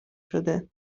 شده